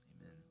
amen